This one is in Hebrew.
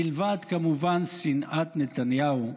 מלבד כמובן שנאת נתניהו,